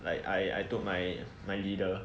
like I I told my my leader